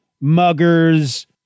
muggers